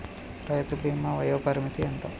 రైతు బీమా వయోపరిమితి ఎంత?